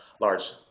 large